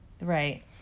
Right